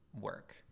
work